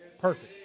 perfect